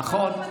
נכון,